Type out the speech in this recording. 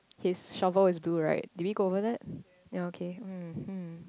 his shovel is blue right did we go over that ya okay mmhmm